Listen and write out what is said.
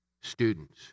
students